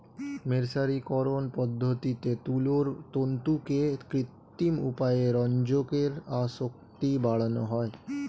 মের্সারিকরন পদ্ধতিতে তুলোর তন্তুতে কৃত্রিম উপায়ে রঞ্জকের আসক্তি বাড়ানো হয়